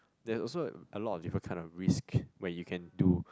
there's also like a lot of different kind of risks where you can do